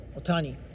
Otani